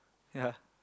ya